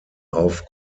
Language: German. auf